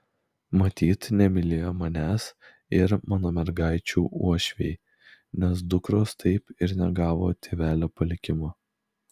matyt nemylėjo manęs ir mano mergaičių uošviai nes dukros taip ir negavo tėvelio palikimo